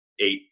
eight